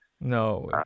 No